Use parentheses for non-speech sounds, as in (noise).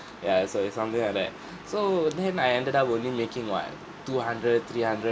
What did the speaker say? ya so it's something like that (breath) so then I ended up only making what two hundred three hundred